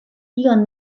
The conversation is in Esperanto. tion